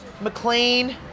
McLean